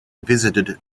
visited